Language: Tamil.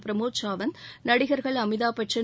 பிரம்மோத் சாவந்த் நடிகர்கள் அமிதாப்பச்சன்